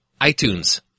iTunes